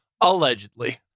allegedly